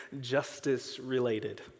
justice-related